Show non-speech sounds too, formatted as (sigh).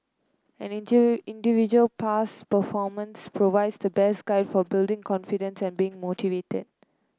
an (unintelligible) individual past performance provides the best guide for building confidence and being motivated